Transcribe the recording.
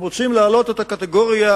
הם רוצים לעלות לקטגוריה